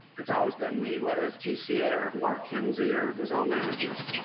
it's always been me, whether it's gca or mark kinsey or the zone managers,